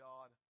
God